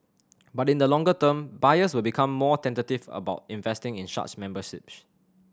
but in the longer term buyers will become more tentative about investing in such memberships